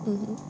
mmhmm